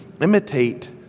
Imitate